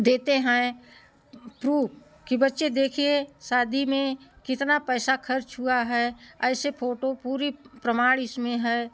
देते हैं प्रूव कि बच्चे देखिए शादी में कितना पैसा खर्च हुआ है ऐसे फ़ोटो पूरी प्रमाण इसमें है